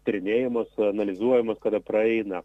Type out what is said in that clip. tyrinėjamos analizuojamos kada praeina